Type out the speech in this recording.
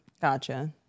Gotcha